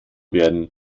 werden